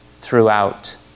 throughout